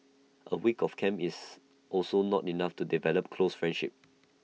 A week of camp is also not enough to develop close friendships